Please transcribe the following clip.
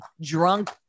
drunk